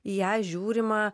į ją žiūrima